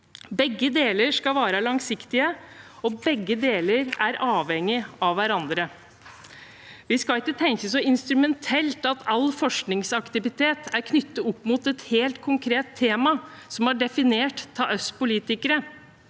Begge deler skal være langsiktige, og begge deler er avhengige av hverandre. Vi skal ikke tenke så instrumentelt at all forskningsaktivitet er knyttet opp mot et helt konkret tema som er definert av oss politikere.